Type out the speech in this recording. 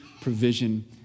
provision